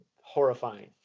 Horrifying